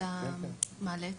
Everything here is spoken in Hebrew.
מתואם